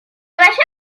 baixava